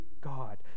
God